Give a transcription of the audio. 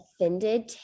offended